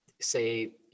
say